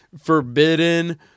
forbidden